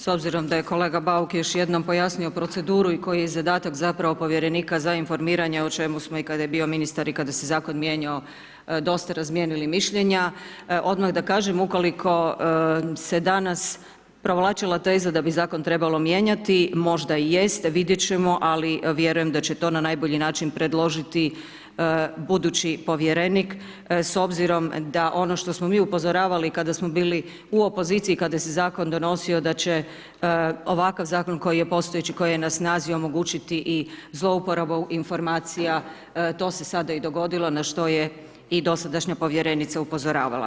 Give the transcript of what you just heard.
S obzirom da je kolega Bauk još jednom pojasnio proceduru i koji je zadatak zapravo Povjerenika za informiranje, o čemu smo i kad je bio ministar, i kada se Zakon mijenjao, dosta razmijenili mišljenja, odmah da kažem ukoliko se danas provlačila teza da bi Zakon trebalo mijenjati, možda i jeste, vidjet ćemo, ali vjerujem da će to na najbolji način predložiti budući Povjerenik, s obzirom da ono što smo mi upozoravali, kada smo bili u opoziciji, kada se Zakon donosio, da će ovakav Zakon koji je postojeći i koji je na snazi, omogućiti i zlouporabu informacija, to se sada i dogodilo, na što je i dosadašnja Povjerenica upozoravala.